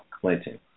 Clinton